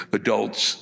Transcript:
adults